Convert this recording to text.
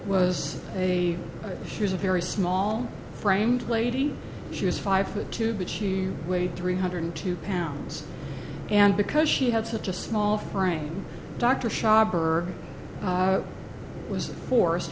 was a she was a very small framed lady she was five foot two but she weighed three hundred two pounds and because she had such a small frame dr shah burr was forced